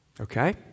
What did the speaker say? Okay